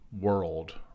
world